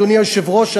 אדוני היושב-ראש,